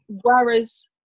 whereas